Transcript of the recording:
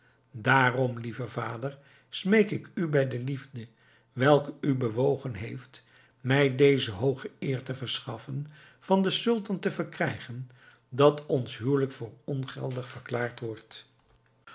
daarom lieve vader smeek ik u bij de liefde welke u bewogen heeft mij deze hooge eer te verschaffen van den sultan te verkrijgen dat ons huwelijk voor ongeldig verklaard wordt